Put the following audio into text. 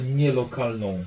nielokalną